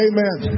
Amen